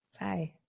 Bye